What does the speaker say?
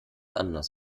anders